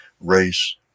race